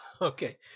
Okay